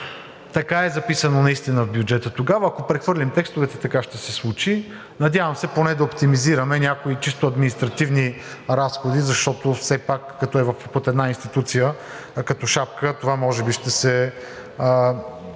така е записано в бюджета тогава, и ако прехвърлим текстовете, така ще се случи. Надявам се поне да оптимизираме някои чисто административни разходи, защото все пак като е под една институция като шапка, това може би ще се